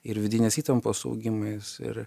ir vidinės įtampos augimais ir